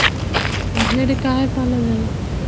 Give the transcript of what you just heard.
भेड़ काहे पालल जाला?